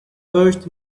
urged